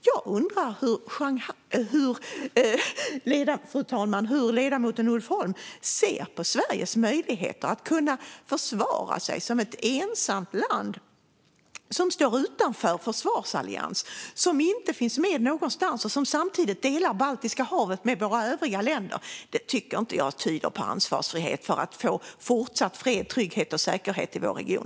Jag undrar hur ledamoten Ulf Holm ser på Sveriges möjligheter att försvara sig som ett ensamt land som står utanför en försvarsallians, som inte finns med någonstans och som samtidigt delar Baltiska havet med övriga medlemsländer. Det tycker inte jag tyder på ansvarsfullhet när det gäller fortsatt fred, trygghet och säkerhet i vår region.